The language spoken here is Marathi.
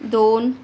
दोन